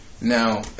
Now